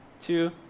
two